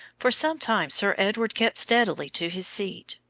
for some time sir edward kept steadily to his seat,